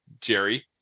jerry